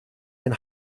ein